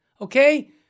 okay